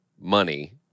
money